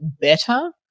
better